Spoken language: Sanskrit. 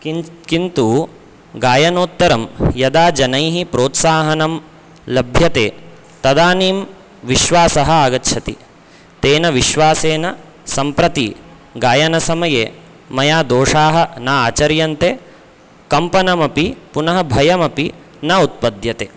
किञ् किन्तु गायनोत्तरं यदा जनैः प्रोत्साहं लभ्यते तदानीं विश्वासः आगच्छति तेन विश्वासेन सम्प्रति गायनसमये मया दोषाः न आचर्यन्ते कम्पनमपि पुनः भयमपि न उत्पद्यते